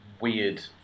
weird